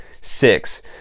six